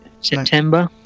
September